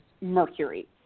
mercury